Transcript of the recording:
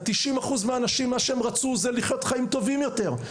90% מהאנשים רצו לחיות חיים טובים יותר.